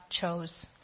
chose